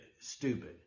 stupid